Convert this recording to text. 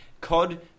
COD